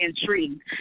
intrigued